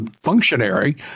functionary